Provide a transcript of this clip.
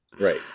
Right